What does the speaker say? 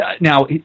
Now